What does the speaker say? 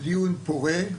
דיון פורה.